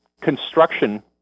construction